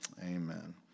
Amen